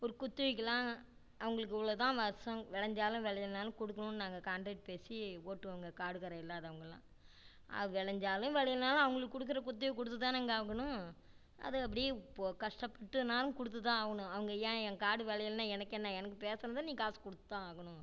ஒரு குத்துகைக்கிலாம் அவங்களுக்கு இவ்வளோ தான் வருஷம் விளஞ்சாலும் விளையிலனாலும் கொடுக்குணும்னு நாங்கள் காண்ட்ரக்ட் பேசி ஓட்டுவோங்க காடு கரை இல்லாதவர்களாம் அது விளஞ்சாலும் விளையிலனாலும் அவங்களுக்கு கொடுக்குற குத்துகைய கொடுத்து தானங்க ஆகணும் அது அப்படியே போ கஷ்டப்பட்டுனாலும் கொடுத்து தான் ஆகணும் அவங்க ஏன் என் காடு விளையிலன்னா எனக்கென்ன எனக்கு பேசுனதை நீ காசு கொடுத்து தான் ஆகணும்